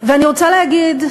ואני רוצה להגיד: